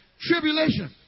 tribulation